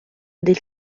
del